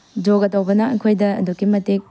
ꯌꯣꯒ ꯇꯧꯕꯅ ꯑꯩꯈꯣꯏꯗ ꯑꯗꯨꯛꯀꯤ ꯃꯇꯤꯛ